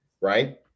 Right